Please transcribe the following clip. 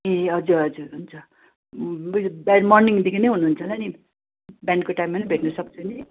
ए हजुर हजुर हुन्छ उयो बिहान मर्निङदेखि नै हुनुहुन्छ होला नि बिहानको टाइममा नै भेट्नसक्छु नि